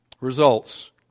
results